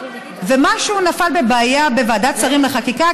ומשהו נפל כבעיה בוועדת שרים לחקיקה,